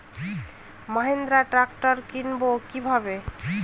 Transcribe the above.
Mahindra tractor কিনবো কি ভাবে?